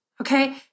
okay